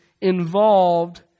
involved